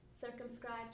circumscribed